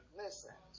listen